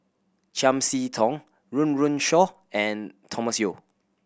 Chiam See Tong Run Run Shaw and Thomas Yeo